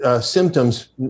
symptoms